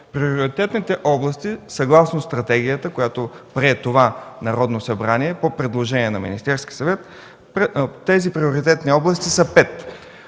Приоритетните области съгласно стратегията, която прие това Народно събрание по предложение на Министерския съвет, са пет.